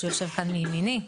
שיושב כאן לימיני,